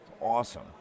Awesome